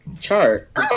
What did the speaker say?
chart